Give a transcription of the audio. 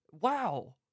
Wow